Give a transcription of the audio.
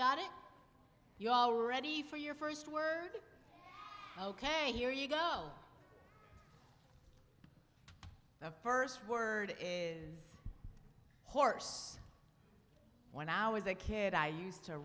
got it you already for your first word ok here you go the first word is horse when i was a kid i used to